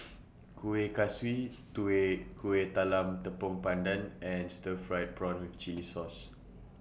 Kueh Kaswi Kueh Kalam Tepong Pandan and Stir Fried Prawn with Chili Sauce